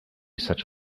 such